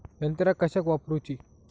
यंत्रा कशाक वापुरूची?